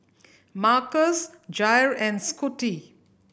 Marcus Jair and Scotty